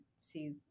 see